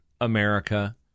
America